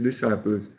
disciples